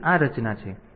તેથી આ રચના છે